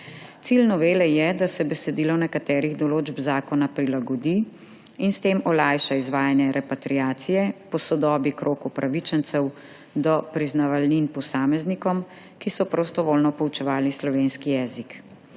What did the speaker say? Cilj novele je, da se besedilo nekaterih določb zakona prilagodi in s tem olajša izvajanje repatriacije, posodobi krog upravičencev do priznavalnin posameznikom, ki so prostovoljno poučevali slovenski jezik.